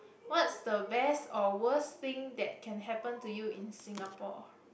what's the best or worst thing that can happen to you in Singapore